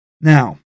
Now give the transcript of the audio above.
Now